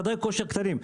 חדרי כושר קטנים.